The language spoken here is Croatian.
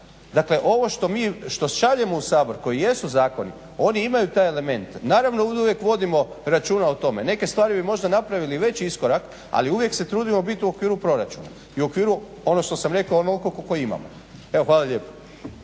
Dakle, ovo što mi, što šaljemo u Sabor koji jesu zakoni oni imaju taj element. Naravno, oduvijek vodimo računa o tome. Neke stvari bi možda veći iskorak, ali uvijek se trudimo bit u okviru proračuna i u okviru ono što sam rekao onolko kolko imamo. Evo hvala lijepo.